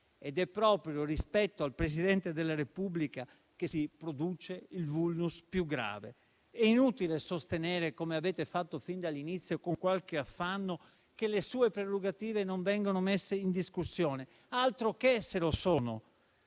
Ed è proprio rispetto al Presidente della Repubblica che si produce il *vulnus* più grave. È inutile sostenere - come avete fatto fin dall'inizio con qualche affanno - che le sue prerogative non vengono messe in discussione. Altroché se ciò